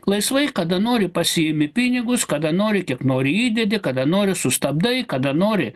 laisvai kada nori pasiimi pinigus kada nori kiek nori įdedi kada nori sustabdai kada nori